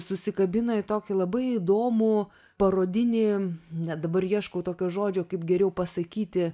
susikabina į tokį labai įdomų parodinį net dabar ieškau tokio žodžio kaip geriau pasakyti